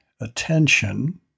attention